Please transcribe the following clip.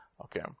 Okay